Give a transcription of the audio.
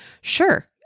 sure